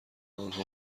آنها